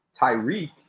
Tyreek